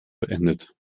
beendet